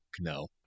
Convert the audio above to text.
no